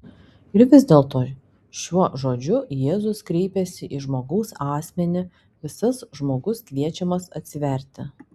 ir vis dėlto šiuo žodžiu jėzus kreipiasi į žmogaus asmenį visas žmogus kviečiamas atsiverti